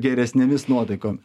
geresnėmis nuotaikom